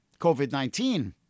COVID-19